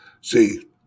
See